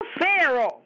Pharaoh